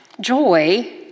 Joy